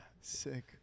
Sick